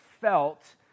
felt